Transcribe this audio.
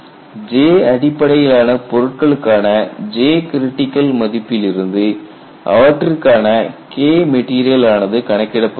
J அடிப்படையிலான பொருட்களுக்கான Jcritical மதிப்பிலிருந்து அவற்றிற்கான KMat ஆனது கணக்கிடப்படுகிறது